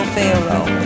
Pharaoh